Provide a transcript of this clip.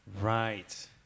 Right